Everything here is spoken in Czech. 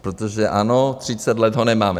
Protože ano, 30 let ho nemáme.